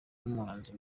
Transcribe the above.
n’umuhanzi